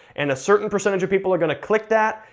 and a certain percentage of people are gonna click that,